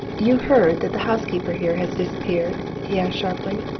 you heard that the housekeeper here has disappeared? he asked sharply.